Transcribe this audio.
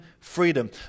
freedom